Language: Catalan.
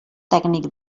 tècnic